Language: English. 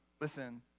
listen